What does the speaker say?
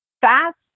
fast